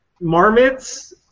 marmots